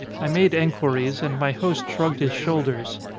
i made enquiries and my host shrugged his shoulders.